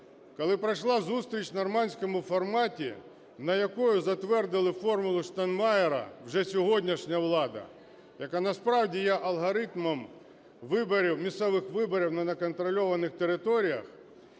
коли пройшла зустріч у нормандському форматі, на якій затвердили формулу Штайнмайєра вже сьогоднішня влада, яка насправді є алгоритмом виборів, місцевих виборів на неконтрольованих територіях.